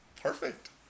perfect